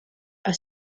are